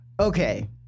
Okay